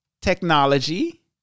technology